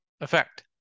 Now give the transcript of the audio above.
effect